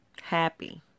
happy